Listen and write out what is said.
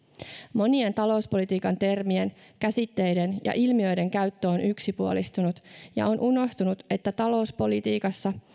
monien talouspolitiikan termien käsitteiden ja ilmiöiden käyttö on yksipuolistunut ja on unohtunut että talouspolitiikassa